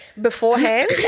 beforehand